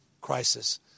crisis